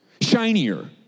shinier